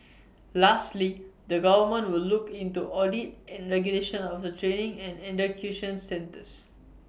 lastly the government will look into audit and regulation of the training and education sectors